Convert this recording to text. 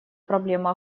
проблема